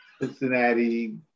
cincinnati